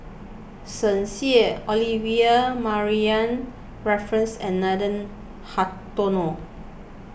Shen Xi Olivia Mariamne Raffles and Nathan Hartono